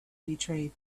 betrayed